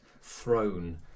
throne